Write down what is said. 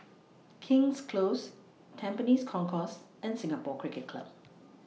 King's Close Tampines Concourse and Singapore Cricket Club